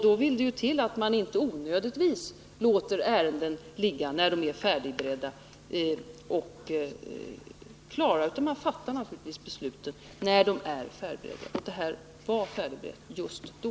Då vill det till att man inte onödigtvis låter ärenden ligga när de är färdigberedda och klara, utan man fattar naturligtvis beslutet när ett ärende är berett — och det aktuella ärendet var färdigberett just då.